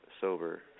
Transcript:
sober